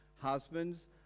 husbands